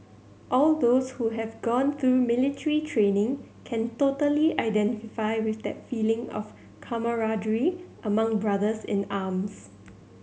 all those who have gone through military training can totally identify with that feeling of camaraderie among brothers in arms